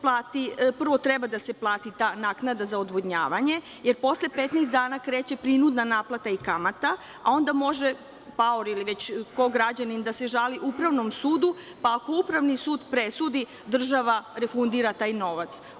Prvo treba da se plati ta naknada za odvodnjavanje, jer posle 15 dana kreće prinudna naplata i kamata, a onda može paor ili već ko, građanin, da se žali Upravnom sudu, pa ako Upravni sud presudi, država refundira taj novac.